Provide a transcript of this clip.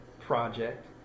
project